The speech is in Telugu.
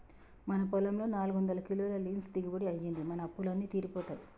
మన పొలంలో నాలుగొందల కిలోల లీన్స్ దిగుబడి అయ్యింది, మన అప్పులు అన్నీ తీరిపోతాయి